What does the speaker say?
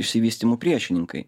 išsivystymu priešininkai